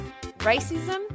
racism